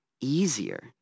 easier